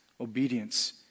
obedience